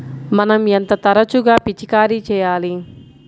మనం ఎంత తరచుగా పిచికారీ చేయాలి?